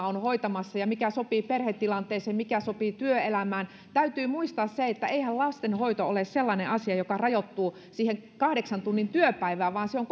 on on hoitamassa ja mikä sopii perhetilanteeseen mikä sopii työelämään täytyy muistaa se että eihän lasten hoito ole sellainen asia joka rajoittuu siihen kahdeksan tunnin työpäivään vaan se on